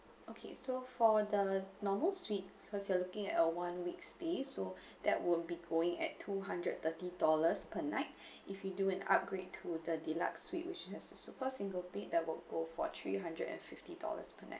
okay so for the normal suite cause you're looking at uh one week stay so that would be going at two hundred thirty dollars per night if you doing upgrade to the deluxe suite which has a super single bed that will go for three hundred and fifty dollars per night